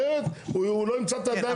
אחרת הוא לא ימצא את הידיים ואת הרגליים.